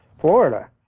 Florida